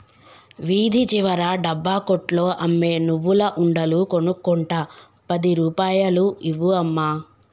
వీధి చివర డబ్బా కొట్లో అమ్మే నువ్వుల ఉండలు కొనుక్కుంట పది రూపాయలు ఇవ్వు అమ్మా